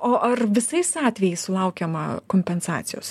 o ar visais atvejais sulaukiama kompensacijos